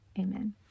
Amen